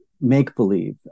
make-believe